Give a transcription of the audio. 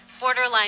borderline